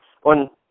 und